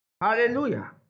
Hallelujah